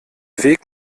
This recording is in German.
weg